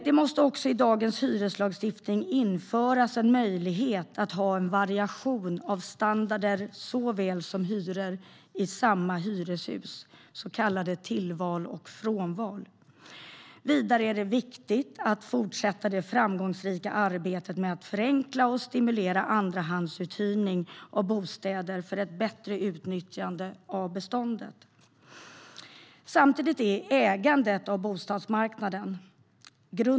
Det måste också i dagens hyreslagstiftning införas en möjlighet att ha en variation av standarder såväl som hyror i samma hyreshus, så kallade tillval och frånval. Vidare är det viktigt att fortsätta det framgångsrika arbetet med att förenkla och stimulera andrahandsuthyrning av bostäder, för ett bättre utnyttjande av beståndet. Samtidigt är ägandet grunden i bostadsmarknaden.